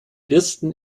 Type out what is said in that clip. christen